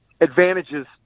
advantages